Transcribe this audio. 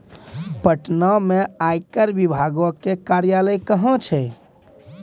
पटना मे आयकर विभागो के कार्यालय कहां छै?